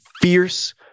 fierce